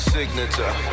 Signature